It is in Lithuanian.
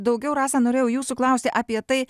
daugiau rasa norėjau jūsų klausti apie tai